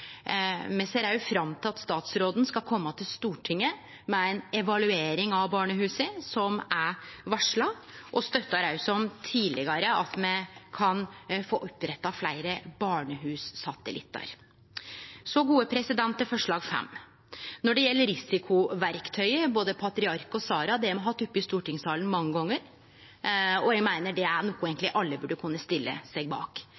Me ser òg fram til at statsråden skal kome til Stortinget med ei evaluering av barnehusa, noko som er varsla, og me støttar òg, som tidlegare, at me kan få oppretta fleire barnehus-satellittar. Så til forslag nr. 5. Når det gjeld risikoverktøya, både PATRIARK og SARA, har me hatt det oppe i stortingssalen mange gonger, og eg meiner det er noko alle eigentleg burde kunne stille seg bak.